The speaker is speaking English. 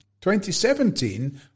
2017